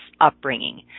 upbringing